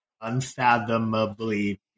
unfathomably